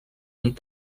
nit